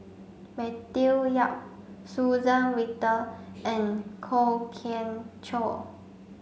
Matthew Yap Suzann Victor and Kwok Kian Chow